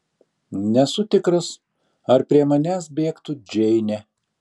nesu tikras ar prie manęs bėgtų džeinė